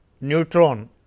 neutron